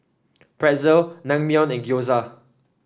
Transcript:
Pretzel Naengmyeon and Gyoza